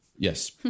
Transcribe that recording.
Yes